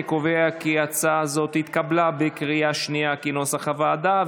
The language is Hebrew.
אני קובע כי הצעה זו התקבלה בקריאה שנייה כנוסח הוועדה.